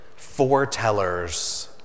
foretellers